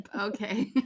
Okay